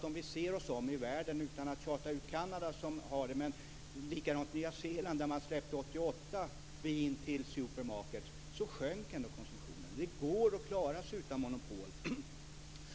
Om vi ser oss om i världen - utan att tjata ut Kanada som har detta - så tillät man 1988 i Nya Zeeland supermarkets att sälja vin, och konsumtionen sjönk ändå. Det går att klara sig utan monopol.